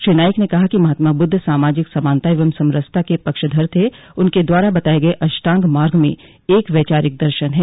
श्री नाईक ने कहा कि महात्मा बुद्ध सामाजिक समानता एवं समरसता के पक्षधर थे उनके द्वारा बताये गये अष्टांग मार्ग में एक वैचारिक दर्शन है